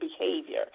behavior